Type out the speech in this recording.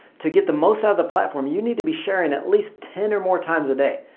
to get the most out of the platform, you need to be sharing at least ten or more times a day.